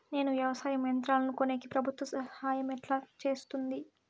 నేను వ్యవసాయం యంత్రాలను కొనేకి ప్రభుత్వ ఎట్లా సహాయం చేస్తుంది?